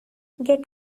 get